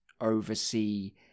oversee